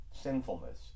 sinfulness